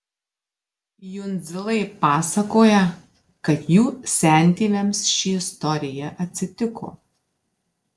jundzilai pasakoja kad jų sentėviams ši istorija atsitiko